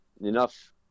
enough